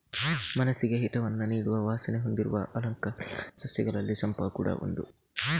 ಮನಸ್ಸಿಗೆ ಹಿತವನ್ನ ನೀಡುವ ವಾಸನೆ ಹೊಂದಿರುವ ಆಲಂಕಾರಿಕ ಸಸ್ಯಗಳಲ್ಲಿ ಚಂಪಾ ಕೂಡಾ ಒಂದು